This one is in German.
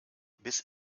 bis